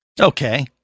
Okay